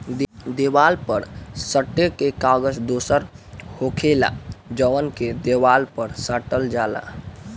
देवाल पर सटे के कागज दोसर होखेला जवन के देवाल पर साटल जाला